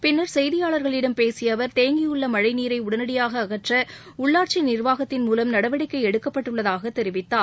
பின்ளர் செய்தியாளர்களிடம் பேசிய அவர் தேங்கியுள்ள மழை நீரை உடனடியாக அகற்ற உள்ளாட்சி நிர்வாகத்தின் மூலம் நடவடிக்கை எடுக்கப்பட்டுள்ளதாக தெரிவித்தார்